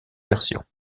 versions